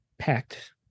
packed